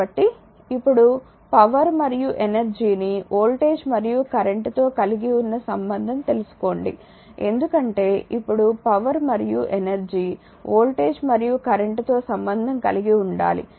కాబట్టి ఇప్పుడు పవర్ మరియు ఎనర్జీ ని వోల్టేజ్ మరియు కరెంట్తో కలిగి ఉన్న సంబంధం తెలుసుకోండి ఎందుకంటే ఇప్పుడు పవర్ మరియు ఎనర్జీ వోల్టేజ్ మరియు కరెంట్ తో సంబంధం కలిగి ఉండాలి